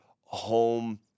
home